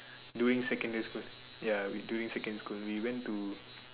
during secondary school ya during secondary school we went to